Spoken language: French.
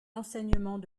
enseignements